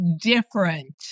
different